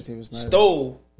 Stole